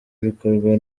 bikorwa